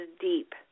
deep